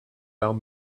down